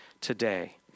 today